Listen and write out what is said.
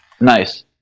Nice